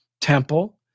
temple